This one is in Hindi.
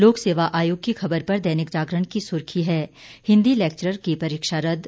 लोकसेवा आयोग की खबर पर दैनिक जागरण की सुर्खी है हिन्दी लेक्चरर की परीक्षा रद्द